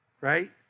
right